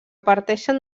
parteixen